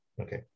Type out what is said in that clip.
Okay